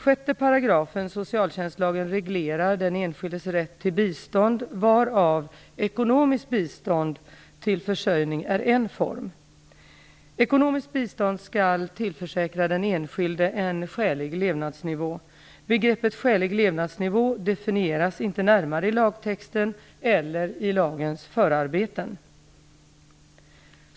6 § socialtjänstlagen reglerar den enskildes rätt till bistånd, varav ekonomiskt bistånd till försörjning är en form. Ekonomiskt bistånd skall tillförsäkra den enskilde en skälig levnadsnivå. Begreppet skälig levnadsnivå definieras inte närmare i lagtexten eller i lagens förarbeten.